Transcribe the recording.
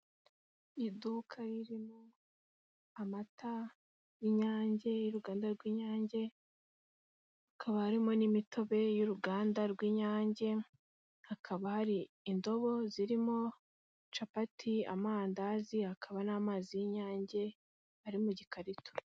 Iduka ririmo amata y'inyange y'uruganda rw'inyange, hakaba harimo n'imitobe y'uruganda rw'inyange, hakaba hari indobo zirimo capati, mandazi, hakaba n'amazi y'inyange ari mu gikarito.